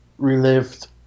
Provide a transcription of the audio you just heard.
relived